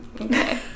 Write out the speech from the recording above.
Okay